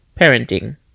parenting